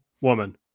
woman